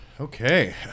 Okay